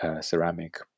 ceramic